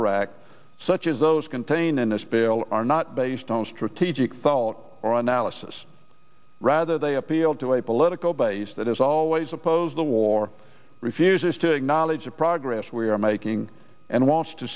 iraq such as those contained in this bill are not based on strategic thought or analysis rather they appealed to a political base that has always opposed the war refuses to acknowledge the progress we're making and wants to